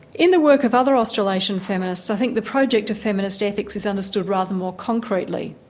in the work of other australasian feminists, i think the project of feminist ethics is understood rather more concretely.